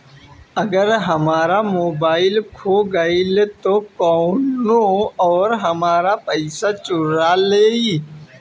अगर हमार मोबइल खो गईल तो कौनो और हमार पइसा चुरा लेइ?